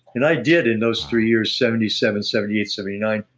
and i did in those three years, seventy seven, seventy eight, seventy nine.